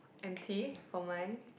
empty on mine